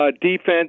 defense